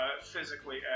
physically